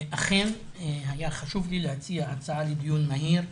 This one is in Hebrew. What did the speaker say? אכן היה חשוב לי להציע הצעה לדיון מהיר,